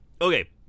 okay